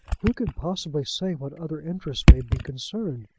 who can possibly say what other interests may be concerned?